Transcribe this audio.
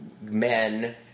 men